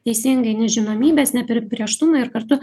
teisingai nežinomybės neapibrėžtumo ir kartu